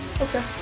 okay